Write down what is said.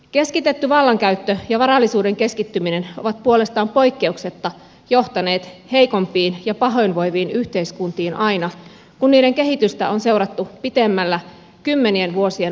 keskitetty vallankäyttö ja varallisuuden keskittyminen ovat puolestaan poikkeuksetta johtaneet heikompiin ja pahoinvoiviin yhteiskuntiin aina kun niiden kehitystä on seurattu pitemmällä kymmenien vuosien aikavälillä